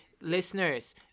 listeners